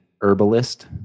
herbalist